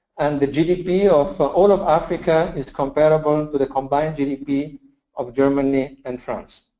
and the gdp of all of africa is comparable to the combined gdp of germany and france.